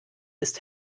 ist